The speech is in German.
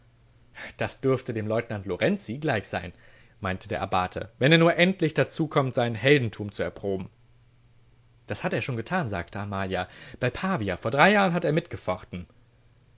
das dürfte dem leutnant lorenzi gleich sein meinte der abbate wenn er nur endlich dazu kommt sein heldentum zu erproben das hat er schon getan sagte amalia bei pavia vor drei jahren hat er mitgefochten